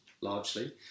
largely